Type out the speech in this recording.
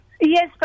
Yes